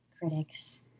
critics